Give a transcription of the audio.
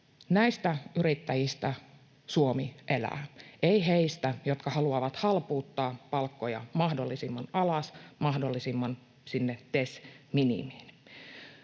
Näistä yrittäjistä Suomi elää, ei heistä, jotka haluavat halpuuttaa palkkoja mahdollisimman alas, sinne TESin minimiin.